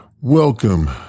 Welcome